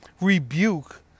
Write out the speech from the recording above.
rebuke